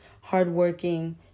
hardworking